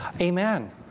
Amen